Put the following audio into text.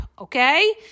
Okay